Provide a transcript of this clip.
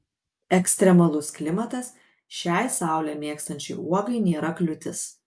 ekstremalus klimatas šiai saulę mėgstančiai uogai nėra kliūtis